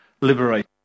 liberate